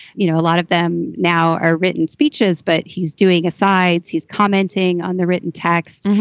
you know, a lot of them now are written speeches, but he's doing asides. he's commenting on the written text.